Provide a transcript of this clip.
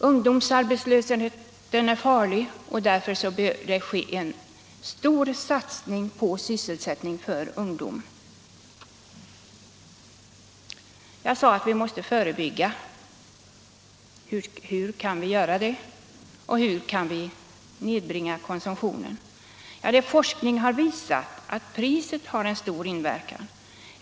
Ungdomsarbetslösheten är farlig. Därför bör det ske en satsning på sysselsättning för ungdom. Jag sade att vi måste förebygga. Hur skall vi göra det? Hur kan konsumtionen nedbringas? Forskning har visat att priset har stor inverkan.